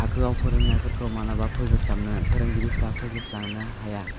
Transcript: थाखोआव फोरोंनायफोरखौ मालाबा फोजोबस्लाबनो फोरोंगिरिफोरा फोजोबस्लाबनो हाया